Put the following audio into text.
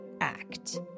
act